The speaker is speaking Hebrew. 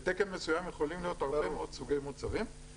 בתקן מסוים יכולים להיות הרבה מאוד סוגי מוצרים,